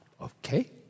okay